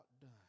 done